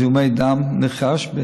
זיהומי דם נרכשים,